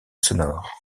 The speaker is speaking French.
sonore